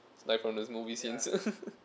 like from the movies since